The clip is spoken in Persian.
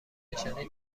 نشانی